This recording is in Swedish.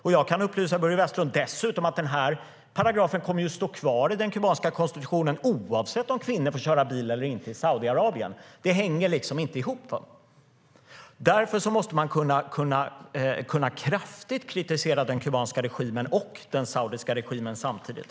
Jag kan dessutom upplysa Börje Vestlund om att den här paragrafen kommer att stå kvar i den kubanska konstitutionen oavsett om kvinnor får köra bil eller inte i Saudiarabien - det hänger liksom inte ihop. Därför måste man kunna kraftigt kritisera den kubanska regimen och den saudiska regimen samtidigt.